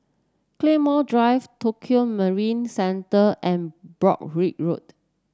Claymore Drive Tokio Marine Centre and Broadrick Road